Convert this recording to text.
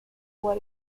what